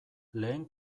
lehen